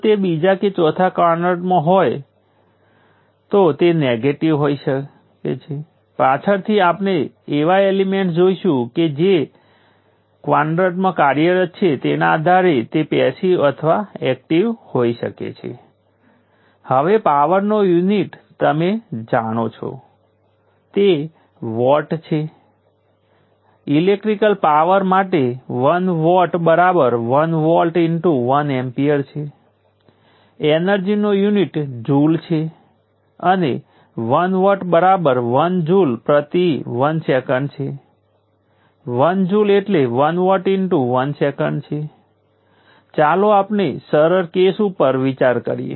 તેથી I1 જે 5 milli ampere છે અને તેનું પ્રોડક્ટ V1 I1 જે 8 વોલ્ટ વોલ્ટેજ સોર્સ દ્વારા શોષાયેલી પાવર 40 મિલી વોટ છે અને તેવી જ રીતે બીજા વોલ્ટેજ સોર્સ માટે V2 આ રીતે વ્યાખ્યાયિત કરવામાં આવ્યા છે જે 3 વોલ્ટ છે કારણ કે મેં V2 ને ધ્રુવીયતામાં આ 1 ની વિરુદ્ધ લીધું છે પરંતુ V2 આ રીતે 3 બને તો પણ વાંધો નથી પછી i2 જે આ રીતે નીચે વહેતો કરંટ છે તે પણ 5 મિલી એમ્પીયર છે